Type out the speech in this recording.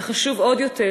וחשוב עוד יותר,